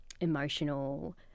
emotional